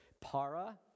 para